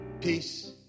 peace